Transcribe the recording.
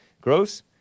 gross